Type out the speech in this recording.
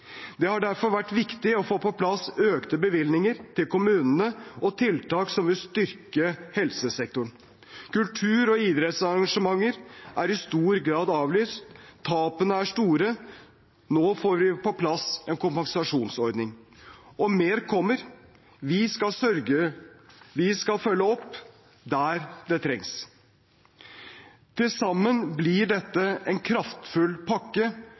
Det har derfor vært viktig å få på plass økte bevilgninger til kommunene og tiltak som vil styrke helsesektoren. Kultur- og idrettsarrangementer er i stor grad avlyst. Tapene er store. Nå får vi på plass en kompensasjonsordning – og mer kommer. Vi skal følge opp der det trengs. Til sammen blir dette en kraftfull pakke